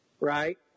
right